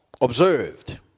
observed